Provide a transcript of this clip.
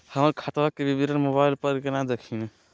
हमर खतवा के विवरण मोबाईल पर केना देखिन?